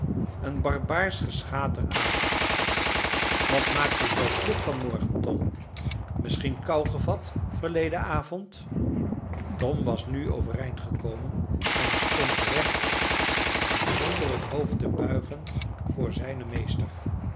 een barbaarsch geschater aan wat maakt je zoo vlug van morgen tom misschien kou gevat verleden avond tom was nu overeind gekomen en stond rechtop en zonder het hoofd te buigen voor zijnen meester